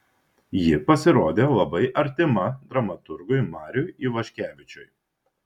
ji pasirodė labai artima dramaturgui mariui ivaškevičiui